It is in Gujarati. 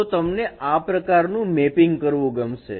તો તમને આ પ્રકારનું મેપિંગ કરવું ગમશે